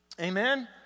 Amen